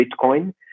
Bitcoin